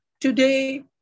today